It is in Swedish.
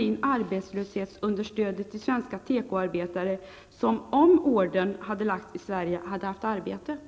in arbetslöshetsunderstödet till svenska tekoarbetare, som om ordern hade lagts i Sverige, hade haft arbete?